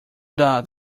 doubt